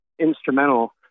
instrumental